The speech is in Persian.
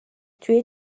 توی